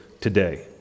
today